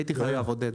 הייתי חייב, עודד.